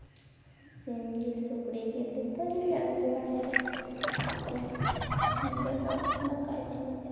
ᱥᱤᱢ ᱡᱤᱞ ᱥᱩᱠᱨᱤ ᱡᱤᱞ ᱡᱚᱛᱚ ᱜᱮᱞᱮ ᱟᱹᱜᱩ ᱵᱟᱲᱟᱭᱟᱞᱮ ᱟᱫᱚ ᱧᱤᱫᱟᱹ ᱫᱚ ᱫᱟᱠᱟ ᱤᱥᱤᱱ ᱠᱟᱛᱮ